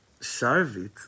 Sharvit